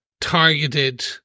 targeted